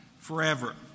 forever